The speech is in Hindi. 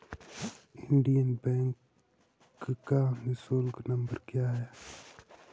इंडियन बैंक का निःशुल्क नंबर क्या है?